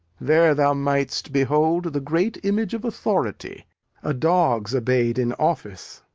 there thou mightst behold the great image of authority a dog's obeyed in office.